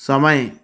समय